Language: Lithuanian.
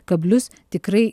kablius tikrai